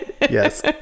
Yes